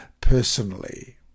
personally